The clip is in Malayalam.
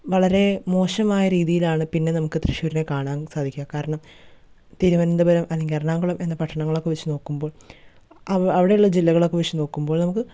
വളരെ മോശമായ രീതിയിലാണ് പിന്നെ നമുക്ക് തൃശ്ശൂരിനെ കാണാൻ സാധിക്കുക കാരണം തിരുവനന്തപുരം അല്ലെങ്കിൽ എർണാകുളം എന്ന പട്ടണങ്ങളൊക്കെ വെച്ച് നോക്കുമ്പോൾ അവ് അവിടെയുള്ള ജില്ലകളൊക്കെ വെച്ച് നോക്കുമ്പോൾ നമുക്ക്